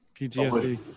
PTSD